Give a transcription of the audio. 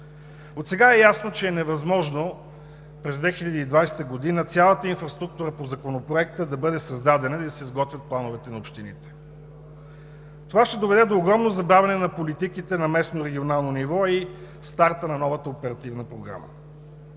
Отсега е ясно, че е невъзможно през 2020 г. цялата инфраструктура по Законопроекта да бъде създадена и да се изготвят плановете на общините. Това ще доведе до огромно забавяне на политиките на местно регионално ниво и старта на новата оперативна програма.